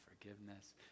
forgiveness